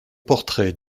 portrait